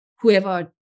whoever